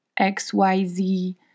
XYZ